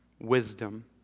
wisdom